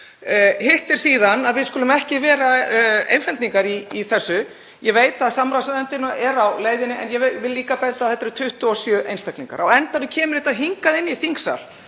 Hitt er síðan að við skulum ekki vera einfeldningar í þessu. Ég veit að samráðsnefndin er á leiðinni, en ég vil líka benda á að þetta eru 27 einstaklingar. Á endanum kemur þetta hingað inn í þingsal.